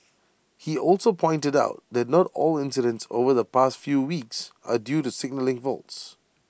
he also pointed out that not all incidents over the past few weeks are due to signalling faults